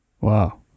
Wow